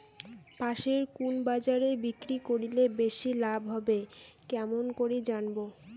পাশের কুন বাজারে বিক্রি করিলে বেশি লাভ হবে কেমন করি জানবো?